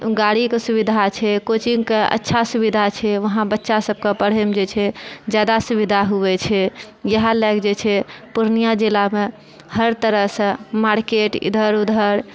गाड़ीके सुविधा छै कोचिंगके अच्छा सुविधा छै वहां बच्चा सबके पढ़ैमे जे छै जादा सुविधा हुवै छै इएहे लए के जे छै पूर्णिया जिलामे हर तरहसँ मार्केट इधर उधर